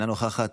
אינה נוכחת.